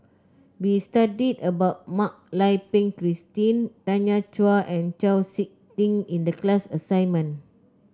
we studied about Mak Lai Peng Christine Tanya Chua and Chau SiK Ting in the class assignment